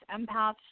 empaths